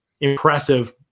impressive